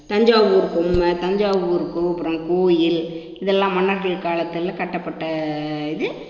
தஞ்சாவூர் பொம்மை தஞ்சாவூர் கோபுரம் கோவில் இதெல்லாம் மன்னர்கள் காலத்தில் கட்டப்பட்ட இது